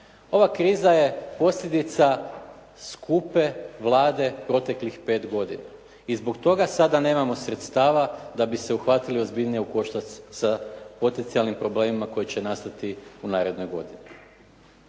Ova kriza je posljedica skupe Vlade proteklih pet godina i zbog toga sada nemamo sredstava da bi se uhvatili ozbiljnije u koštac sa potencijalnim problemima koji će nastati u narednoj godini.